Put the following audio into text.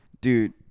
Dude